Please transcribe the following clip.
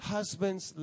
Husbands